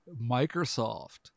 microsoft